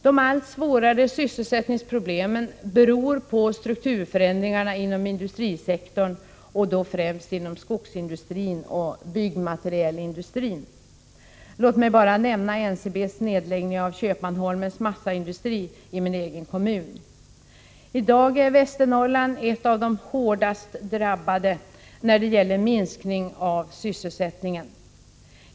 De allt svårare sysselsättningsproblemen beror på strukturförändringarna inom industrisektorn och främst inom skogsindustrin och byggmaterielindustrin. Låt mig bara nämna NCB:s nedläggning av Köpmanholmens massaindustri i min egen kommun. I dag är Västernorrland ett av de hårdast drabbade länen när det gäller minskning av sysselsättningen.